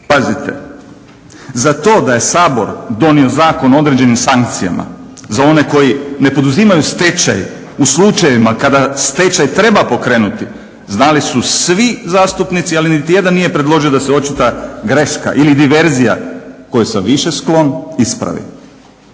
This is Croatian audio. Pazite, za to da je Sabor donio zakon o određenim sankcijama za one koji ne poduzimaju stečaj u slučajevima kada stečaj treba pokrenuti znali su svi zastupnici, ali niti jedan nije predložio da se očita greška ili diverzija kojoj sam više sklon ispravi.